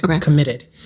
committed